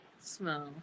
smell